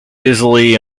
busily